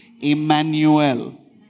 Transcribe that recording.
Emmanuel